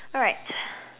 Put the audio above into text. alright